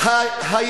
לדמוקרטיה,